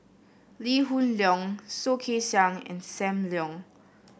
Lee Hoon Leong Soh Kay Siang and Sam Leong